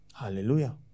Hallelujah